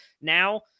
now